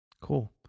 Cool